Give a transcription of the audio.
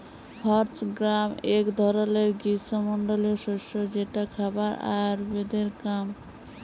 horse gram এক ধরলের গ্রীস্মমন্ডলীয় শস্য যেটা খাবার আর আয়ুর্বেদের কাম